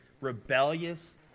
rebellious